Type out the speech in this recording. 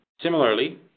Similarly